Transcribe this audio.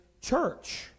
church